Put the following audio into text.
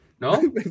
No